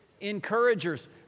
Encouragers